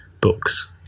books